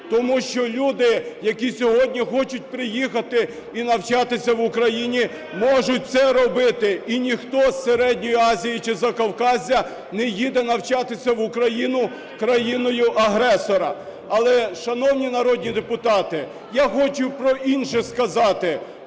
тому що люди, які сьогодні хочуть приїхати і навчатися в Україні, можуть це робити, і ніхто з Середньої Азії чи Закавказзя не їде навчатися в Україну, країною агресора. Але, шановні народні депутати, я хочу про інше сказати.